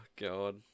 God